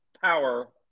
power